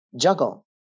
juggle